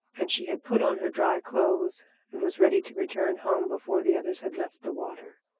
and she had put on her dry clothes and was ready to return home before the others had left the water.